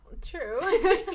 True